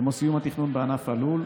כמו סיום התכנון בענף הלול,